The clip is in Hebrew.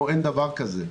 פה בארץ אין דבר כזה,